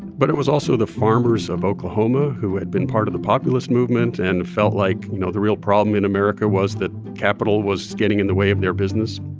but it was also the farmers of oklahoma who had been part of the populist movement and felt like, you know, the real problem in america was that capital was getting in the way of their business.